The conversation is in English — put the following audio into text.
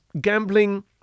gambling